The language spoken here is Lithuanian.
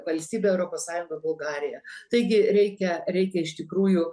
valstybė europos sąjungoj bulgarija taigi reikia reikia iš tikrųjų